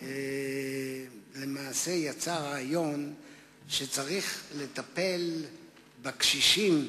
למעשה יצא רעיון שצריך לטפל בקשישים,